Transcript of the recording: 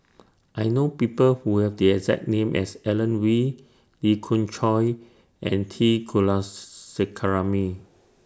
I know People Who Have The exact name as Alan Oei Lee Khoon Choy and T Kula sekaram